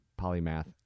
polymath